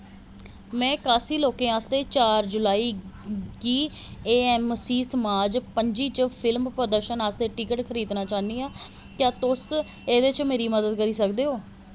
मैं कास्सी लोकें आस्तै चार जुलाई गी ए एम सी सामराज पंजी च फिल्म प्रदर्शन आस्तै टिकट खरीदना चाह्न्नां क्या तुस एह्दे च मेरी मदद करी सकदे ओ